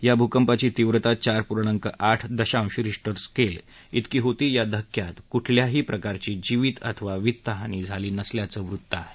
या भूकंपाची तीव्रता चार पूर्णांक आठ दशांश रिश्टर स्केल ित्रकी होती या धक्क्यात कुठल्याही प्रकारची जीवीत अथवा वित्त हानी झाली नसल्याचं वृत्त आहे